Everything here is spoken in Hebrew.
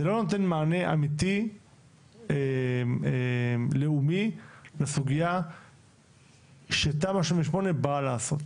זה לא נותן מענה אמיתי לאומי לסוגיה שתמ"א 38 באה לעשות.